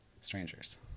strangers